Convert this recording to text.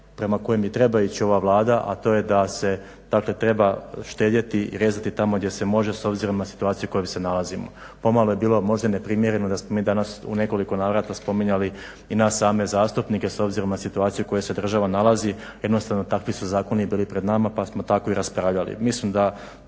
prema kojem i treba ići ova Vlada a to je da se dakle treba štedjeti, rezati tamo gdje se može s obzirom na situaciju u kojoj se nalazimo. Pomalo je bilo možda i neprimjereno da smo mi danas u nekoliko navrata spominjali i nas same zastupnike s obzirom na situaciju u kojoj se država nalazi. Jednostavno takvi su zakoni bili pred nama pa smo tako i raspravljali. Mislim da